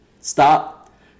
stop